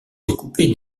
découper